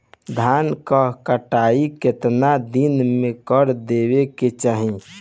धान क कटाई केतना दिन में कर देवें कि चाही?